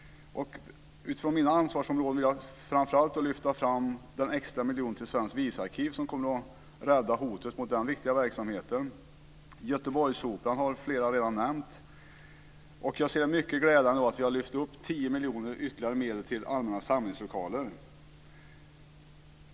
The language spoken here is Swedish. Utifrån min ansvarsområden vill jag framför allt lyfta fram den extra miljonen till Svenskt visarkiv som kommer att rädda verksamheten från det hot som nu vilar över den. Flera har redan nämnt Göteborgsoperan. Det är mycket glädjande att vi har lagt till ytterligare 10 miljoner kronor för medlen till allmänna samlingslokaler.